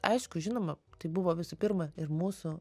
aišku žinoma tai buvo visų pirma ir mūsų